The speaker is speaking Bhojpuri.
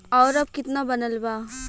और अब कितना बनल बा?